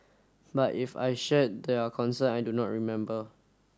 but if I shared their concern I do not remember